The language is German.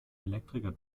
elektriker